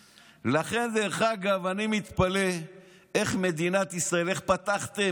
לכן, דרך אגב, אני מתפלא שמדינת ישראל, איך פתחתם?